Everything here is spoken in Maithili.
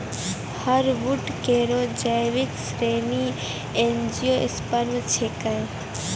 हार्डवुड केरो जैविक श्रेणी एंजियोस्पर्म छिकै